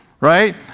right